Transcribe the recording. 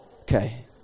Okay